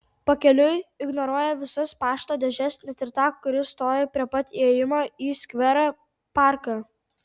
pakeliui ignoruoja visas pašto dėžes net ir tą kuri stovi prie pat įėjimo į skverą parką